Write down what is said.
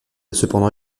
cependant